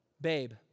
babe